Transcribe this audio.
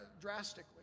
drastically